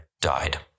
died